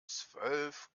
zwölf